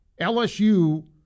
LSU